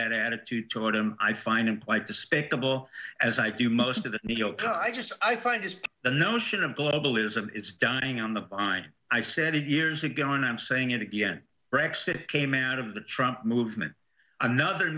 that attitude toward him i find it quite despicable as i do most of the new york i just i find this the notion of globalism is dying on the fine i said it years ago and i'm saying it again rex it came out of the trump movement another